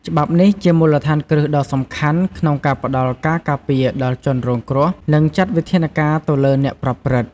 ច្បាប់នេះជាមូលដ្ឋានគ្រឹះដ៏សំខាន់ក្នុងការផ្ដល់ការការពារដល់ជនរងគ្រោះ និងចាត់វិធានការទៅលើអ្នកប្រព្រឹត្ត។